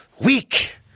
Weak